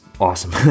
awesome